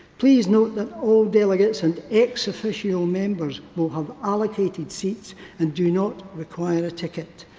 please note that all delegates and ex-official members will have allocated seats and do not require a ticket.